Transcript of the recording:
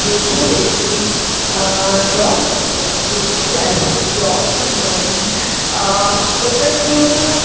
जेकियूं ladies job कंदियूं आहिनि जेकियूं ज़ाइफूं जॅाब कंदियूं आहिनि उन्हनि जो